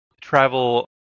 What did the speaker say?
travel